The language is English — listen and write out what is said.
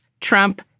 Trump